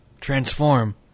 transform